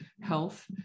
Health